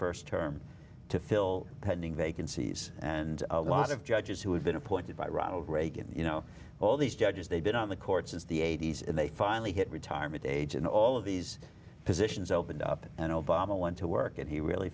st term to fill pending vacancies and a lot of judges who had been appointed by ronald reagan you know all these judges they've been on the court since the eighty's and they finally hit retirement age and all of these positions opened up and obama went to work and he really